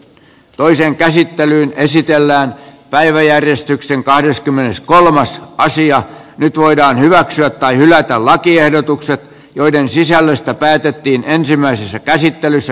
toiseen käsittelyyn esitellään päiväjärjestyksen kahdeskymmeneskolmas karsia nyt voidaan hyväksyä tai hylätä lakiehdotukset joiden sisällöstä päätettiin ensimmäisessä käsittelyssä